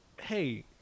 Hey